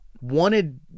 wanted